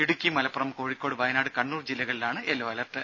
ഇടുക്കിമലപ്പുറം കോഴിക്കോട് വയനാട് കണ്ണൂർ ജില്ലകളിലാണ് yellow alert